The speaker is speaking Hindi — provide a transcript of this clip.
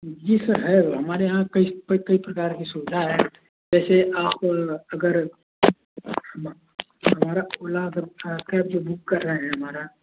जी सर है वह हमारे यहाँ कई कई प्रकार कि सुविधा है जैसे आप अगर बारामुल्ला अगर बुक कर रहे हैं बारा